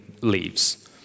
leaves